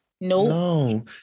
No